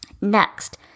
next